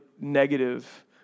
negative